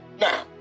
Now